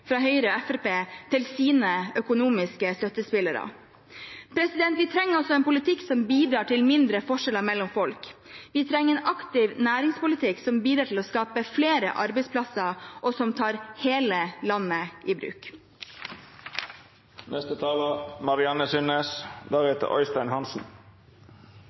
fra Høyre og Fremskrittspartiet til sine økonomiske støttespillere. Vi trenger altså en politikk som bidrar til mindre forskjeller mellom folk, vi trenger en aktiv næringspolitikk som bidrar til å skape flere arbeidsplasser, og som tar hele landet i